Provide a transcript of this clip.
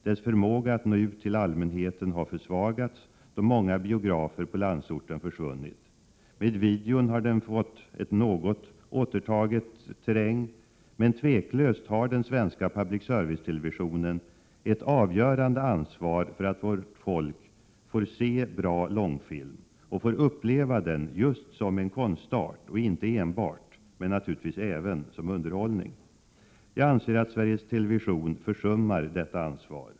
Dess förmåga att nå ut till allmänheten har försvagats då många biografer på landsorten försvunnit. Med videon har den något återtagit terräng. Men tveklöst har den svenska public service-televisionen ett avgörande ansvar för att vårt folk får se bra långfilm och uppleva den just som en konstart och inte enbart — men naturligtvis även — som underhållning. Jag anser att Sveriges Television försummar detta ansvar.